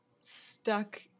stuck